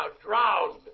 drowned